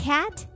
Cat